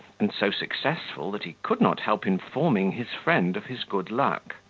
and so successful, that he could not help informing his friend of his good luck.